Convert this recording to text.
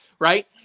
Right